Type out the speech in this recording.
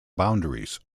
boundaries